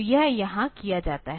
तो यह यहाँ किया जाता है